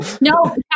No